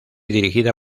dirigida